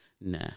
Nah